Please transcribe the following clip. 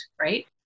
right